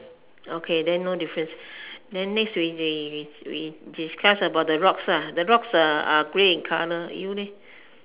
okay then no difference then next we we we discuss about the rocks lah the rocks are are in grey in colour you leh